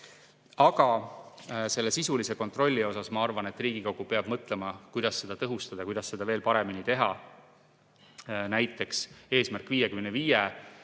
Aga selle sisulise kontrolli osas ma arvan, et Riigikogu peab mõtlema, kuidas seda tõhustada, kuidas seda veel paremini teha. Näiteks "Eesmärk 55"